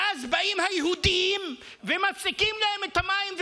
ואז באים היהודים ומפסיקים להם את המים,